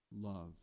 love